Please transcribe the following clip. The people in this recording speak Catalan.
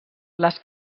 les